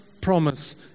promise